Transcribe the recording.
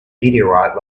meteorite